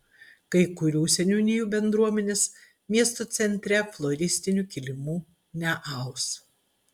kai kurių seniūnijų bendruomenės miesto centre floristinių kilimų neaus